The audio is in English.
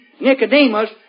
Nicodemus